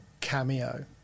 Cameo